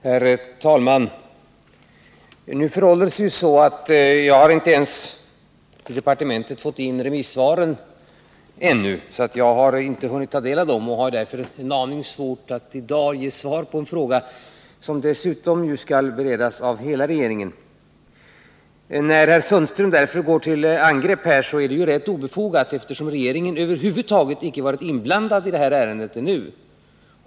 Herr talman! Det förhåller sig så att jag ännu inte har fått in remissvaren till departementet. Jag har alltså inte tagit del av dem, och jag har därför en aning svårt att i dag ge ett svar på frågor som dessutom skall beredas av hela regeringen. Herr Sundströms angrepp är därför ganska obefogat, eftersom regeringen över huvud taget icke varit inblandad i det här ärendet ännu.